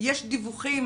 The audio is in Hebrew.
יש דיווחים